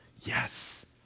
yes